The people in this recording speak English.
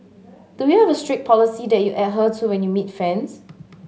do you have a strict policy that you adhere to when you meet fans